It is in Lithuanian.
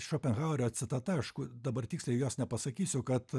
šopenhauerio citata aišku dabar tiksliai jos nepasakysiu kad